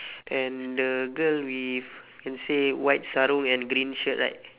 and the girl with can say white sarung and green shirt right